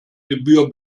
gebühr